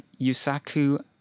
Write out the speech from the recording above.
Yusaku